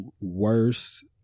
worst